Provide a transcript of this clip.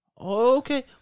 Okay